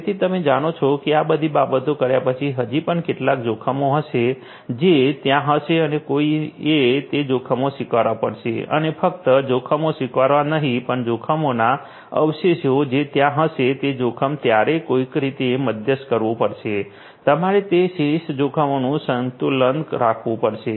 તેથી તમે જાણો છો કે આ બધી બાબતો કર્યા પછી હજી પણ કેટલાક જોખમો હશે જે ત્યાં હશે અને કોઈએ તે જોખમો સ્વીકારવા પડશે અને ફક્ત જોખમો સ્વીકારવા નહીં પણ જોખમોના અવશેષો જે ત્યાં હશે તે જોખમ તમારે કોઈક રીતે મધ્યસ્થ કરવું પડશે તમારે તે શેષ જોખમોનું સંતુલન રાખવું પડશે